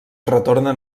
retornen